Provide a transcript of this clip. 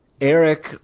Eric